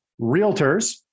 realtors